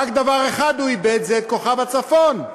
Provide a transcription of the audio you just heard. רק דבר אחד הוא איבד, את כוכב הצפון.